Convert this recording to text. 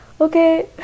okay